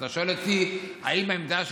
אז אתה שואל אותי: האם העמדה,